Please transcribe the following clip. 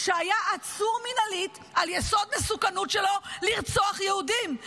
שהיה עצור מינהלית על יסוד מסוכנות שלו לרצוח יהודים.